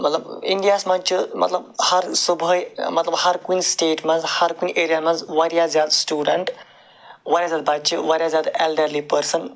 مطلب اِںٛڈِیاہس منٛز چھِ مطلب ہر صُبحٲے مطلب ہر کُنہِ سِٹیٹہِ منٛز ہر کُنہِ ایٚرِیا منٛز وارِیاہ زیادٕ سِٹوٗڈنٛٹ وارِیاہ زیادٕ بچہٕ وارِیاہ زیادٕ ایلڈلری پٔرسن